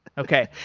okay.